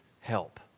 help